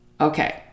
Okay